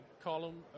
column